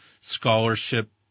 scholarship